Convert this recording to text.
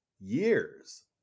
years